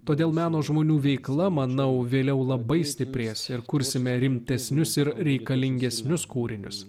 todėl meno žmonių veikla manau vėliau labai stiprės ir kursime rimtesnius ir reikalingesnius kūrinius